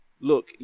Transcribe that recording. look